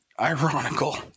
ironical